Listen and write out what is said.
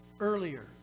earlier